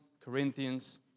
Corinthians